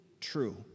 true